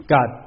God